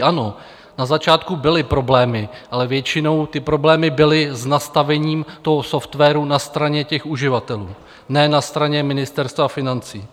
Ano na začátku byly problémy, ale většinou ty problémy byly s nastavením toho softwaru na straně těch uživatelů, ne na straně Ministerstva financí.